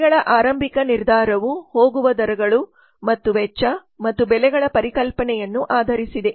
ಬೆಲೆಗಳ ಆರಂಭಿಕ ನಿರ್ಧಾರವು ಹೋಗುವ ದರಗಳು ಮತ್ತು ವೆಚ್ಚ ಮತ್ತು ಬೆಲೆಗಳ ಪರಿಕಲ್ಪನೆಯನ್ನು ಆಧರಿಸಿದೆ